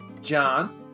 John